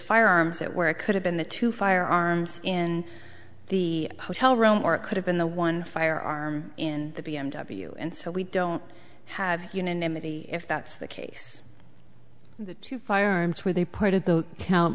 firearms that were it could have been the two firearms in the hotel room or it could have been the one firearm in the b m w and so we don't have unanimity if that's the case the two firearms were they